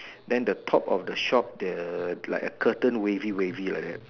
then the top of the shop the like a curtain wavy wavy like that